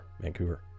Vancouver